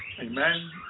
Amen